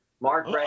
Mark